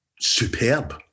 superb